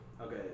Okay